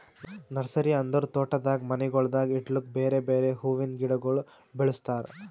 nursery ಅಂದುರ್ ತೋಟದಾಗ್ ಮನಿಗೊಳ್ದಾಗ್ ಇಡ್ಲುಕ್ ಬೇರೆ ಬೇರೆ ಹುವಿಂದ್ ಗಿಡಗೊಳ್ ಬೆಳುಸ್ತಾರ್